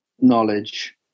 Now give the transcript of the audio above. knowledge